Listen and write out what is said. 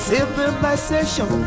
Civilization